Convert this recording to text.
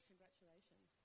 Congratulations